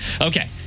Okay